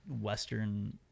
western